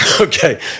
Okay